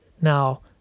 Now